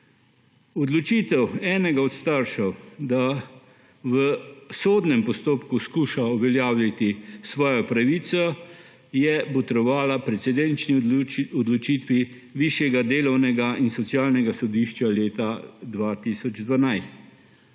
Odločitev enega od staršev, da v sodnem postopku skuša uveljaviti svojo pravico, je botrovala precedenčni odločitvi Višjega delovnega in socialnega sodišča leta 2012.